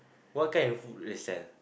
what kind of food they sell